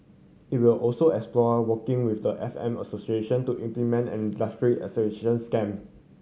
it will also explore working with the F M association to implement an industry accreditation scheme